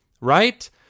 right